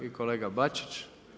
I kolega Bačić.